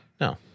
no